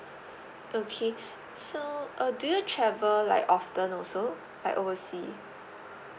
okay so uh do you travel like often also like oversea